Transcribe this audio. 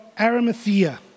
Arimathea